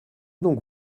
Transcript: donc